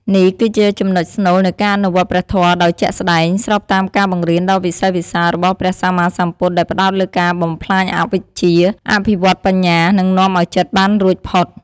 នេះគឺជាចំណុចស្នូលនៃការអនុវត្តព្រះធម៌ដោយជាក់ស្ដែង ស្របតាមការបង្រៀនដ៏វិសេសវិសាលរបស់ព្រះសម្មាសម្ពុទ្ធ ដែលផ្ដោតលើការបំផ្លាញអវិជ្ជា អភិវឌ្ឍបញ្ញា និងនាំឲ្យចិត្តបានរួចផុត។